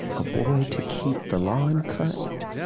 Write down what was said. a boy to keep the lawn cut?